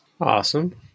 Awesome